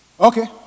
Okay